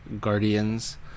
guardians